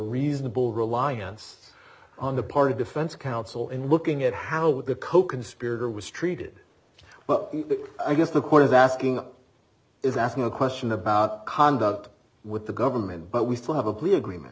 reasonable reliance on the part of defense counsel in looking at how the coconspirator was treated well i guess the court is asking is asking a question about conduct with the government but we still have a plea agreement